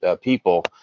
people